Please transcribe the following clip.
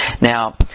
Now